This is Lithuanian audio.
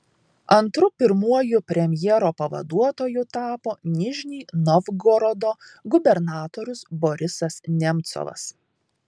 antru pirmuoju premjero pavaduotoju tapo nižnij novgorodo gubernatorius borisas nemcovas